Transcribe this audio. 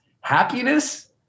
happiness